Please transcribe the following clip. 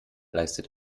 leistet